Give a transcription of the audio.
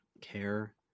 care